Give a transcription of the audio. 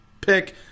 pick